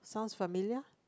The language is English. sounds familiar